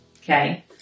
Okay